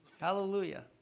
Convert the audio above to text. Hallelujah